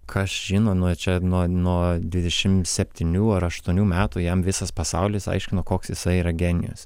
kas žino nu čia nuo nuo dvidešim septynių ar aštuonių metų jam visas pasaulis aiškino koks jisai yra genijus